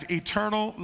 eternal